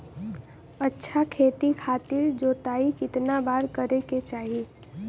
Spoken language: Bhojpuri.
अच्छा खेती खातिर जोताई कितना बार करे के चाही?